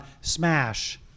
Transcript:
smash